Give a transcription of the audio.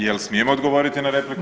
Jel smijem odgovoriti na repliku?